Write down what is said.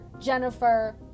Jennifer